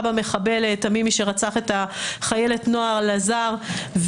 במחבל תמימי שרצח את החיילת נעה לזר.